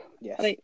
Yes